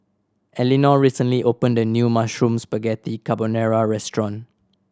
Elinor recently opened a new Mushroom Spaghetti Carbonara Restaurant